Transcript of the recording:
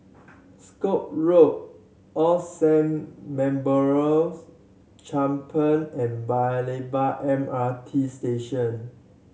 Scotts Road All Saints Memorial Chapel and Paya Lebar MRT Station